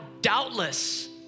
doubtless